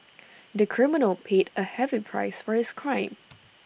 the criminal paid A heavy price for his crime